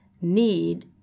need